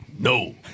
No